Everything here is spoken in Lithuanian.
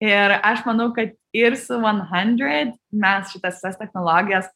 ir aš manau kad ir su vuon handred mes šitas visas technologijas